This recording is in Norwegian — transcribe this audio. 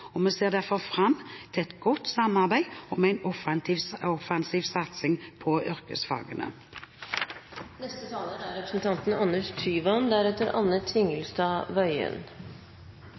og vi ser derfor fram til et godt samarbeid om en offensiv satsing på yrkesfagene. Det er